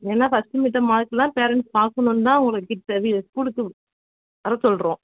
ஏன்னா first mid term மார்க்கெல்லாம் parents பாக்கணும்னு தான் உங்களை ஸ்கூலுக்கு வர சொல்கிறோம்